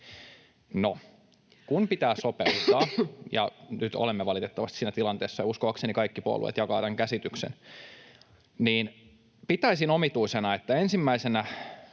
kun pitää sopeuttaa — ja nyt olemme valitettavasti siinä tilanteessa, uskoakseni kaikki puolueet jakavat tämän käsityksen — pitäisin omituisena, että ensimmäisenä